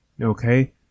Okay